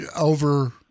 over